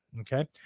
Okay